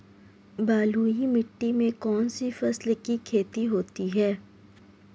बलुई मिट्टी में कौनसी फसल की खेती होती है?